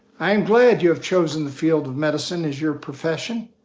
i am glad you have chosen the field of medicine as your profession.